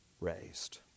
raised